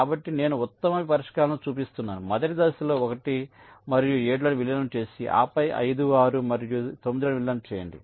కాబట్టి నేను ఉత్తమ పరిష్కారాలను చూపిస్తున్నాను మొదటి దశలో 1 మరియు 7 లను విలీనం చేసి ఆపై 5 6 మరియు 9 లను విలీనం చేయండి